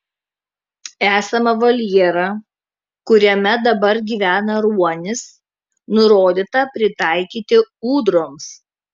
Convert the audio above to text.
esamą voljerą kuriame dabar gyvena ruonis nurodyta pritaikyti ūdroms